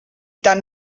tan